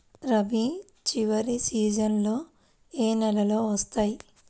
రబీ చివరి సీజన్లో ఏ నెలలు వస్తాయి?